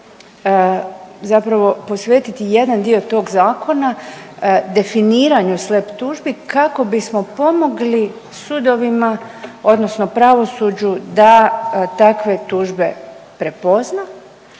zapravo posvetiti jedan dio tog zakona definiranju SLAPP tužbi kako bismo pomogli sudovima odnosno pravosuđu da takve tužbe prepozna